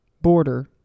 border